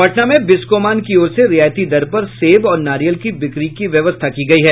पटना में बिस्कोमान की ओर से रियायती दर पर सेब और नारियल की बिक्री की व्यवस्था की गयी है